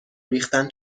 ریختن